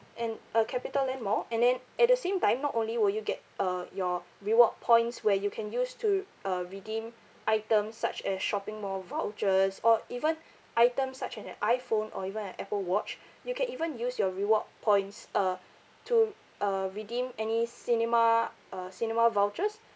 and uh capitaland mall and then at the same time not only would you get uh your reward points where you can use to uh redeem items such as shopping mall vouchers or even items such as an iphone or even an apple watch you can even use your reward points uh to uh redeem any cinema uh cinema vouchers